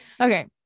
okay